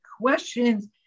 questions